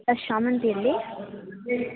plus ಶಾಮಂತಿ ಇರಲಿ